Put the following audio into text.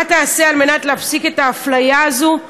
מה תעשה על מנת להפסיק את האפליה הזאת,